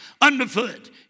underfoot